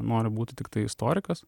noriu būti tiktai istorikas